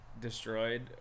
destroyed